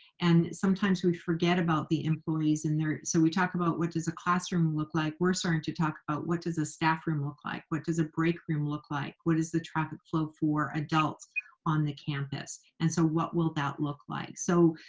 and sometimes we forget about the employees in there. so we talk about what does a classroom look like, we're starting to talk about what does a staffroom look like? what does a break room look like? what is the traffic flow for adults on the campus? and so, what will that look like? so,